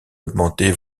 augmenter